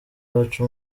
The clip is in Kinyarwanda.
baca